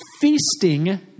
feasting